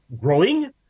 growing